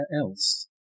else